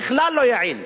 בכלל לא-יעיל,